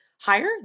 higher